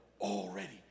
already